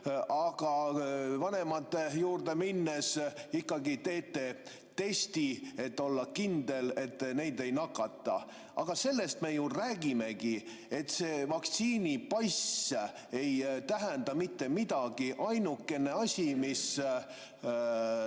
aga vanemate juurde minnes ikkagi teete testi, et olla kindel, et te neid ei nakataks? Aga sellest me räägimegi, et vaktsiinipass ei tähenda mitte midagi. Ainukene asi, mis